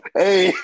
hey